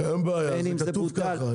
בין אם זה בוטל,